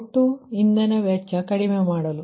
ಒಟ್ಟು ಇಂದನ ವೆಚ್ಚ ಕಡಿಮೆ ಮಾಡಲು